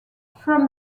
from